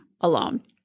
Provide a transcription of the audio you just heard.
alone